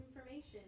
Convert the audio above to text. information